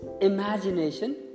Imagination